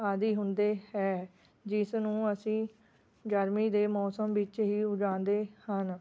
ਆਦਿ ਹੁੰਦੇ ਹੈ ਜਿਸਨੂੰ ਅਸੀਂ ਗਰਮੀ ਦੇ ਮੌਸਮ ਵਿੱਚ ਹੀ ਉਗਾਉਂਦੇ ਹਨ